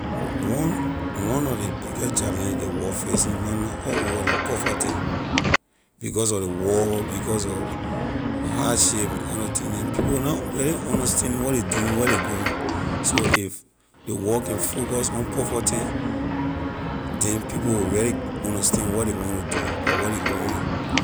One one lor ley biggest challenge ley world facing na na allover la poverty because of ley war because of hardship and other thing neh people will na really understanding what ley doing where ley going so if ley world can focus on poverty then people will really understand what ley wanna do or where ley going air.